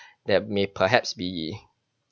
that may perhaps be